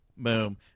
Boom